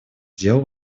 дел